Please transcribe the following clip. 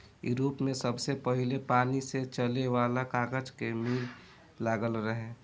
Europe में सबसे पहिले पानी से चले वाला कागज के मिल लागल रहे